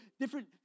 different